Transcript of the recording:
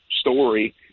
story